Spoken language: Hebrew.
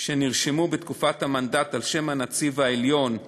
שנרשמו בתקופת המנדט על שם הנציב העליון,